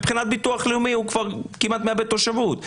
מבחינת ביטוח לאומי הוא כבר כמעט מאבד תושבות,